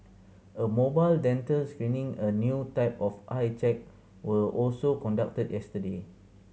a mobile dental screening a new type of eye check were also conducted yesterday